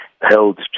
held